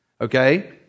Okay